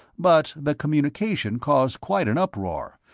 but the communication caused quite an uproar,